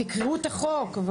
תקראו את החוק.